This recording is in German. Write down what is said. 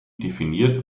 definiert